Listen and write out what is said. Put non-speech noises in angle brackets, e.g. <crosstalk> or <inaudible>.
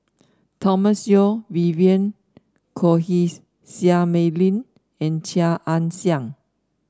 Thomas Yeo Vivien Quahe <unintelligible> Seah Mei Lin and Chia Ann Siang